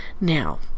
Now